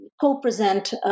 co-present